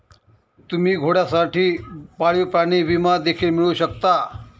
तुम्ही घोड्यांसाठी पाळीव प्राणी विमा देखील मिळवू शकता